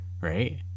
right